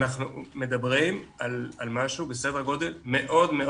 אנחנו מדברים על משהו בסדר גודל מאוד מאוד